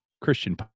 christian